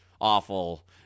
Awful